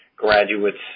graduates